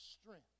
strength